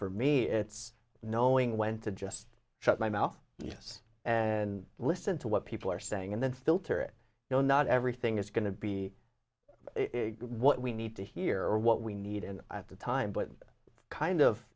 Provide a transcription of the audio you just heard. for me it's knowing when to just shut my mouth yes and listen to what people are saying and then filter it know not everything is going to be what we need to hear what we need and at the time but kind of